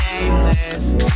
nameless